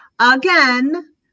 again